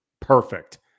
perfect